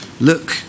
look